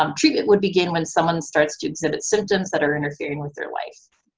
um treatment would begin when someone starts to exhibit symptoms that are interfering with their life.